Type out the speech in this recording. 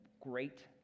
great